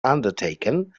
undertaken